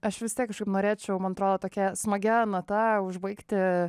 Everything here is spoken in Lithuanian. aš vis tiek norėčiau man atrodo tokia smagia nata užbaigti